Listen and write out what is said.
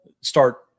start